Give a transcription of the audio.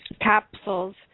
capsules